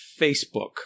Facebook